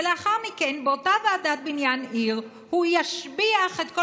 ולאחר מכן באותה ועדת בניין עיר הוא ישביח את כל